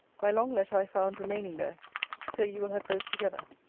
my long letter i found remaining there so you will have both together.